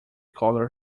color